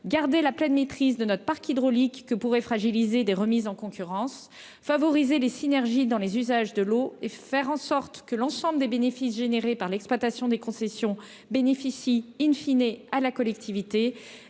garder la pleine maîtrise de notre parc hydraulique que pourrait fragiliser des remises en concurrence favoriser les synergies dans les usages de l'eau et faire en sorte que l'ensemble des bénéfices générés par l'exploitation des concessions bénéficient in fine et à la collectivité